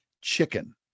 Chicken